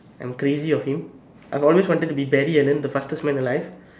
I'm crazy of him I've always wanted to be Barry-Allen the fastest man alive